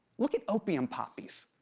look at opium poppies.